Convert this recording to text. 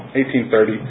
1830